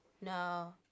no